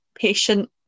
patient